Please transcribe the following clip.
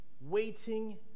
waiting